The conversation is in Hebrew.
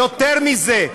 יותר מזה,